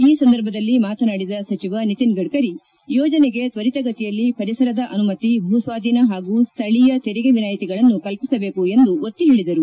ಈ ಸಂದರ್ಭದಲ್ಲಿ ಮಾತನಾಡಿದ ಸಚಿವ ನಿತಿನ್ ಗಡ್ತರಿ ಯೋಜನೆಗೆ ತ್ವರಿತಗತಿಯಲ್ಲಿ ಪರಿಸರದ ಅನುಮತಿ ಭೂಸ್ವಾಧೀನ ಹಾಗೂ ಸ್ಥಳೀಯ ತೆರಿಗೆ ವಿನಾಯಿತಿಗಳನ್ನು ಕಲ್ಪಿಸಬೇಕು ಎಂದು ಒತ್ತಿ ಹೇಳಿದರು